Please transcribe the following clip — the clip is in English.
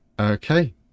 Okay